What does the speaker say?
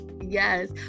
yes